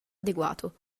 adeguato